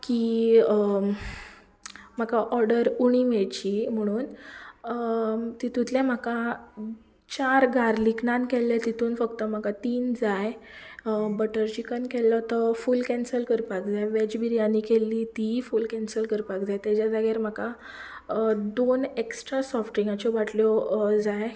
की म्हाका ऑर्डर उणी मेळची म्हणून तितूंतले म्हाका चार गार्लीक नान केल्ले तितून फक्त म्हाका तीन जाय बटर चिकन केल्लो तो फूल कॅन्सल करपाक जाय वॅज बिर्यानी तिवूय फूल कॅन्सल करपाक जाय ताच्या जाग्यार म्हाका दोन एक्स्ट्रा सॉफ्ट ड्रिकांच्यो बाटल्यो जाय